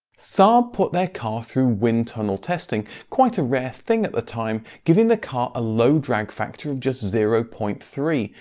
saab put their car through wind tunnel testing, quite a rare thing at the time, giving the car a low drag factor of just zero point three,